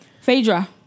Phaedra